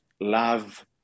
love